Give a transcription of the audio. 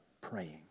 praying